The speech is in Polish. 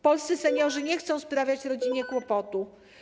Polscy seniorzy nie chcą sprawiać rodzinie kłopotu.